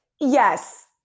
yes